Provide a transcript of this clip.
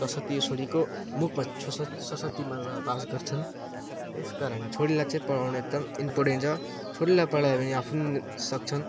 सरस्वती छोरीको मुखमा सरस्वती सरस्वती माता बास गर्छन् त्यसकारण छोरीलाई चाहिँ पढाउन एकदम इम्पोर्टेन्ट छ छोरीलाई पढायो भने आफू नि सक्छन्